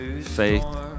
faith